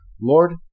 Lord